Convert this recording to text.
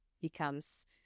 becomes